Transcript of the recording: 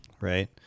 right